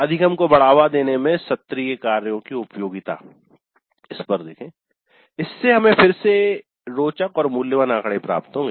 अधिगम सीखने को बढ़ावा देने में सत्रीय कार्यों की उपयोगिता इससे हमें फिर से रोचक और मूल्यवान आंकड़े प्राप्त होंगे